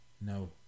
no